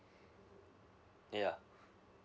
yeah